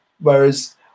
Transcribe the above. whereas